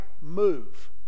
move